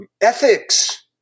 ethics